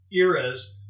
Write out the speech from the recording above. eras